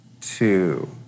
two